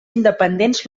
independents